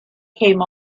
came